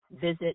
visit